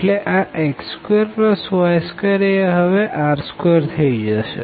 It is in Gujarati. એટલેઆ x2y2 એ હવે r2થઇ જશે